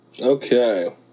Okay